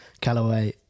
Callaway